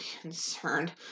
concerned